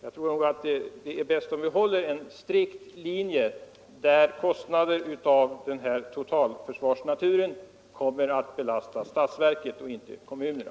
Det är nog bäst om vi håller en strikt linje, som innebär att kostnader av den här totalförsvarsnaturen kommer att belasta statsverket och inte kommunerna.